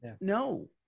no